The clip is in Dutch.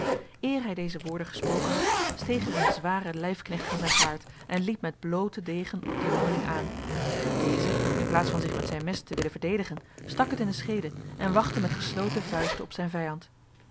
hij deze woorden gesproken had steeg er een zware lijfknecht van zijn paard en liep met blote degen op de jongeling aan deze in plaats van zich met zijn mes te willen verdedigen stak het in de schede en wachtte met gesloten vuisten op zijn vijand